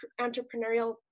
entrepreneurial